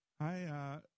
Hi